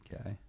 Okay